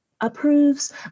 Approves